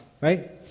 right